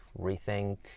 rethink